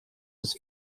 his